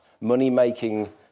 money-making